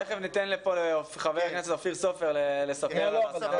תכף ניתן לחבר הכנסת אופיר סופר לספר לנו.